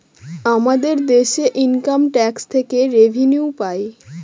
আমাদের দেশে income tax থেকে রেভিনিউ পাই